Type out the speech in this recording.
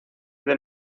del